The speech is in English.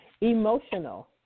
Emotional